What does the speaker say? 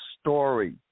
story